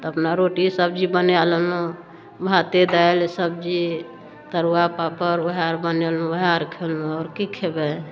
तऽ अपना रोटी सब्जी बनाय लेलहुँ भाते दालि सब्जी तरुआ पापड़ ओएह आर बनेलहुँ ओएह आर खयलहुँ आओर की खयबै